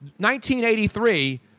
1983